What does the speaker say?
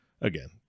Again